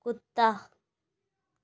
کتا